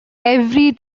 every